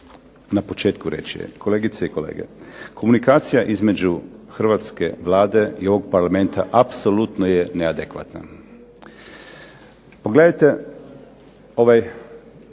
na početku reći je kolegice i kolege, komunikacija između hrvatske Vlade i ovog Parlamenta apsolutno je neadekvatna. Pogledajte ovaj